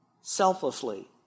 selflessly